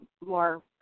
more